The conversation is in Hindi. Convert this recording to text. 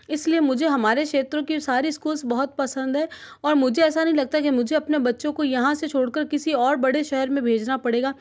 इसलिए मुझे हमारे क्षेत्रों की सारी स्कूल बहुत पसंद है और मुझे ऐसा नहीं लगता है कि अपने बच्चों को यहाँ से छोड़ कर किसी और बढ़े शहर में भेजना पड़ेगा